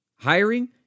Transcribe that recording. Hiring